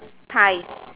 pie